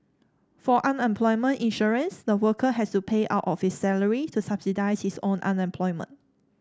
for unemployment insurance the worker has to pay out of his salary to subsidise his own unemployment